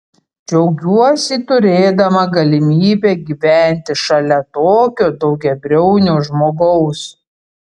džiaugiuosi turėdama galimybę gyventi šalia tokio daugiabriaunio žmogaus